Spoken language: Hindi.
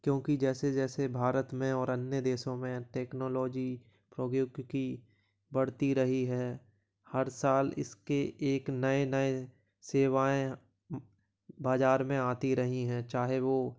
क्योंकि जैसे जैसे भारत में और अन्य देशों में टेक्नोलॉजी प्रौद्योगिकी बढ़ती रही है हर साल इसके एक नये नये सेवाएं बाजार में आती रही हैं चाहे वो